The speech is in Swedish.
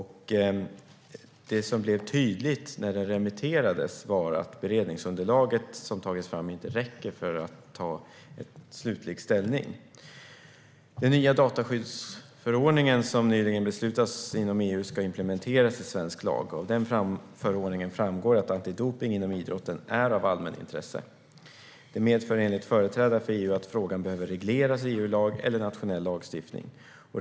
Det som blev tydligt när det remitterades var att beredningsunderlaget, som tagits fram, inte räckte för att ta slutlig ställning. Den nya dataskyddsförordningen, som nyligen beslutats inom EU, ska implementeras i svensk lag. Av den förordningen framgår att antidopning inom idrotten är av allmänintresse. Det medför enligt företrädare för EU att frågan behöver regleras i EU-lag eller i nationell lagstiftning.